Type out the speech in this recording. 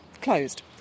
Closed